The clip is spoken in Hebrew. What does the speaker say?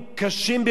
כולל אונס ורצח,